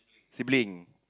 sibling